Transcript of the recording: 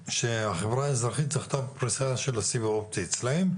שהחברה האזרחית זכתה בפריסה של הסיב האופטי אצלם,